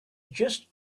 just